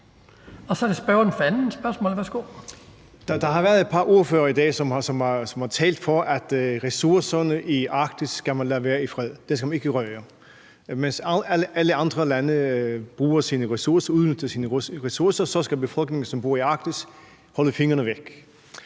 Der har været et par ordførere i dag, som har talt for, at man skal lade ressourcerne i Arktis være i fred, at dem skal man ikke røre. Mens alle andre lande udnytter deres ressourcer, skal befolkningerne, som bor i Arktis, holde fingrene væk.